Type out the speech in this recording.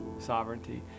sovereignty